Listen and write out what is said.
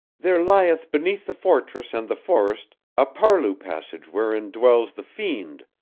there lieth beneath the fortress and the forest a parlous passage wherein dwells the fiend,